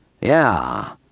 Yeah